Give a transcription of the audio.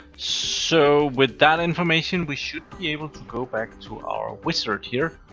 so, with that information we should be able to go back to our wizard here.